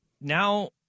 now